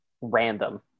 random